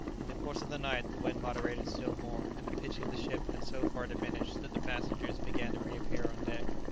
in the course of the night the wind moderated still more and the pitching of the ship had so far diminished that the passengers began to reappear on deck.